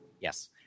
Yes